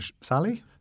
Sally